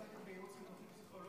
השאילתה עוסקת בייעוץ פסיכולוגי-חינוכי.